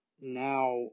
now